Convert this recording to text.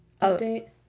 Update